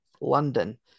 london